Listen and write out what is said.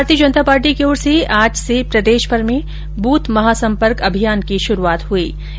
भारतीय जनता पार्टी की ओर से आज से प्रदेशभर में बूथ महासपंर्क अभियान की शुरूआत की गई है